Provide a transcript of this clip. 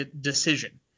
decision